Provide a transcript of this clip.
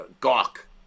gawk